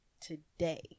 today